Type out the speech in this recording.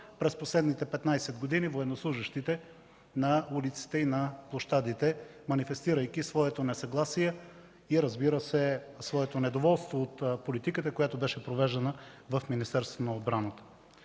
през последните 15 години военнослужещите на улиците и на площадите, манифестирайки своето несъгласие и своето недоволство от политиката, която беше провеждана в Министерството на отбраната.